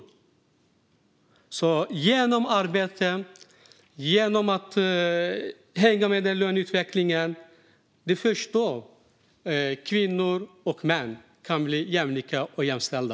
Det är genom arbete och genom att hänga med i löneutvecklingen som kvinnor och män kan bli jämlika och jämställda.